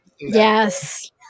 Yes